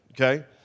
okay